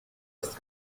ist